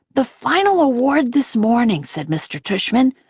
the final award this morning, said mr. tushman,